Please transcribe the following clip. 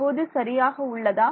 இப்போது சரியாக உள்ளதா